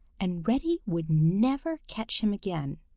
and reddy would never catch him again.